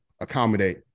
accommodate